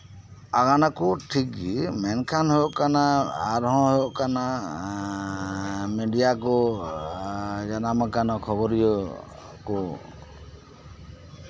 ᱟᱠᱟᱱᱟᱠᱚ ᱴᱷᱤᱠ ᱜᱮ ᱢᱮᱱᱠᱷᱟᱱ ᱦᱳᱭᱳᱜ ᱠᱟᱱᱟ ᱟᱨᱦᱚᱸ ᱦᱳᱭᱳᱜ ᱠᱟᱱᱟ ᱮᱸᱫ ᱢᱤᱰᱤᱭᱟ ᱠᱚ ᱡᱟᱱᱟᱢ ᱟᱠᱟᱱᱟ ᱠᱷᱚᱵᱚᱨᱤᱭᱟᱹ